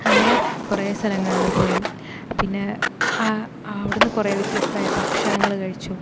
അങ്ങനെ കുറേ സ്ഥലങ്ങളിൽ പോയി പിന്നെ ക്ആ ആവിടുന്ന് കുറേ വ്യത്യസ്തമായ ഭക്ഷണങ്ങൾ കഴിച്ചു